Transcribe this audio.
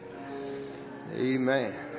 Amen